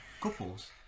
Couples